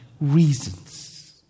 reasons